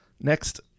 next